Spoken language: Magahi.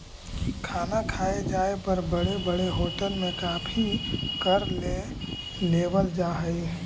खाना खाए जाए पर बड़े बड़े होटल में काफी कर ले लेवल जा हइ